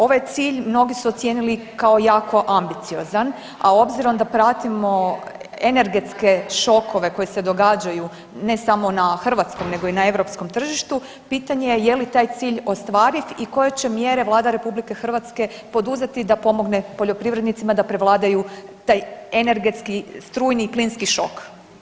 Ovaj cilj mnogi su ocijenili kao jako ambiciozan, a obzirom da pratimo energetske šokove koji se događaju, ne samo na hrvatskom nego i na europskom tržištu pitanje je li taj cilj ostvariv i koje će mjere Vlada RH poduzeti da pomogne poljoprivrednicima da prevladaju taj energetski strujni i plinski šok.